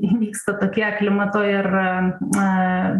įvyksta tokie klimato ir na